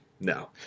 No